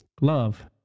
love